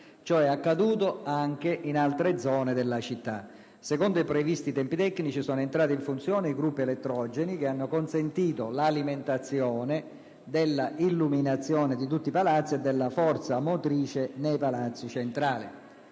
Ciò è accaduto anche in altre zone della città. Secondo i previsti tempi tecnici, sono entrati in funzione i gruppi elettrogeni, che hanno consentito l'alimentazione dell'illuminazione di tutti i palazzi e della forza motrice nei palazzi centrali.